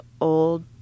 old